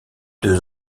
deux